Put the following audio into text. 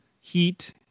Heat